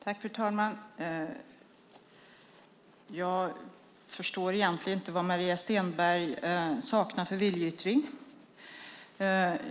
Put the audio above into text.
Fru talman! Jag förstår egentligen inte vad Maria Stenberg saknar för viljeyttring.